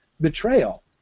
betrayal